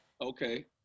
Okay